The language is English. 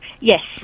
Yes